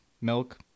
milk